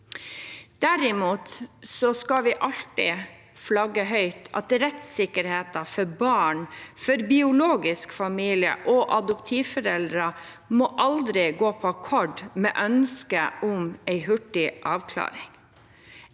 Derimot skal vi alltid flagge høyt at rettssikkerheten for barn, biologisk familie og adoptivforeldre aldri må gå på akkord med ønsket om en hurtig avklaring.